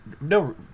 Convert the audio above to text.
no